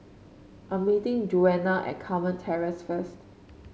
I'm meeting Djuana at Carmen Terrace first